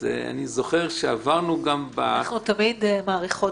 אז אני זוכר שעברנו גם -- אנחנו תמיד מעריכות